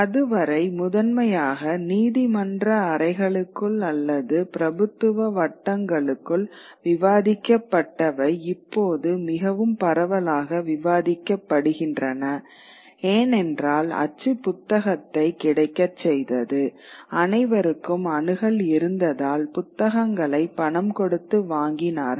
அதுவரை முதன்மையாக நீதிமன்ற அறைகளுக்குள் அல்லது பிரபுத்துவ வட்டங்களுக்குள் விவாதிக்கப்பட்டவை இப்போது மிகவும் பரவலாக விவாதிக்கப்படுகின்றன ஏனென்றால் அச்சு புத்தகத்தை கிடைக்கச் செய்தது அனைவருக்கும் அணுகல் இருந்ததால் புத்தகங்களை பணம்கொடுத்து வாங்கினார்கள்